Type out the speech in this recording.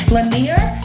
Lanier